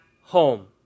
home